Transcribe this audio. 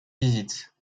visites